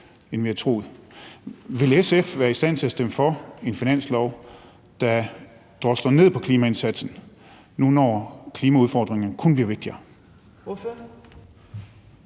end vi havde troet. Vil SF være i stand til at stemme for en finanslov, der drosler ned på klimaindsatsen nu, når klimaudfordringen kun bliver vigtigere?